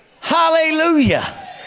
Hallelujah